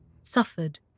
suffered